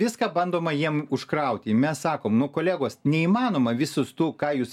viską bandoma jiem užkrauti mes sakom nu kolegos neįmanoma visus tų ką jūs